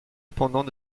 cependant